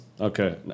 Okay